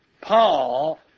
Paul